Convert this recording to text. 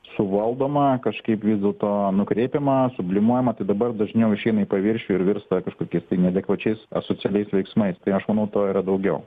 suvaldoma kažkaip vis dėl to nukreipiama sublimuojama tai dabar dažniau išeina į paviršių ir virsta kažkokiais neadekvačiais asocialiais veiksmais tai aš manau to yra daugiau